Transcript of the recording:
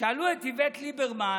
ששאלו את איווט ליברמן: